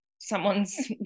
someone's